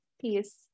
peace